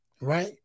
right